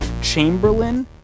Chamberlain